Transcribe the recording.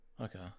Okay